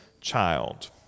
child